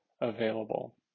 available